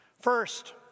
First